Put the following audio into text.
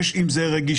יש עם זה רגישות.